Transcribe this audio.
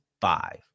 five